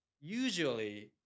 usually